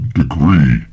degree